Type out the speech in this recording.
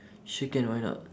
sure can why not